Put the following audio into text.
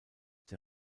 der